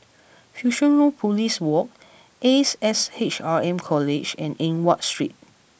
Fusionopolis Walk Ace S H R M College and Eng Watt Street